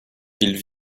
ils